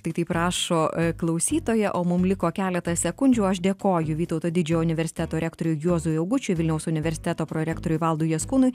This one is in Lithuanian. tai taip rašo klausytoja o mum liko keletą sekundžių aš dėkoju vytauto didžiojo universiteto rektoriui juozui augučiui vilniaus universiteto prorektoriui valdu jaskūnui